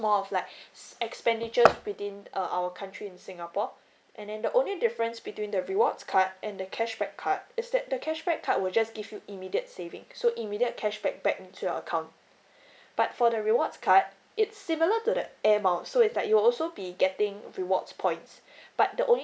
more of like expenditures within uh our country in singapore and then the only difference between the rewards card and the cashback card is that the cashback card will just give you immediate saving so immediate cashback back into your account but for the rewards card it's similar to the air miles so it's like you also be getting rewards points but the only